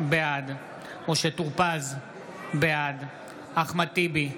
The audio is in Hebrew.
בעד משה טור פז, בעד אחמד טיבי,